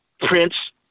Prince